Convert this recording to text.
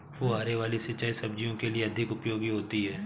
फुहारे वाली सिंचाई सब्जियों के लिए अधिक उपयोगी होती है?